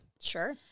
Sure